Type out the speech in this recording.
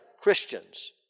Christians